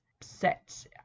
set